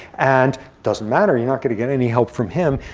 and doesn't matter, you're not going to get any help from him.